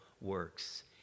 works